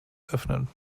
öffnen